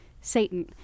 Satan